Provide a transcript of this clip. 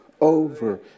over